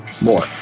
more